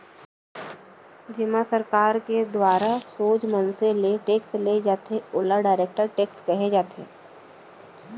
जेमा सरकार के दुवारा सोझ मनसे ले टेक्स ले जाथे ओला डायरेक्ट टेक्स कहे जाथे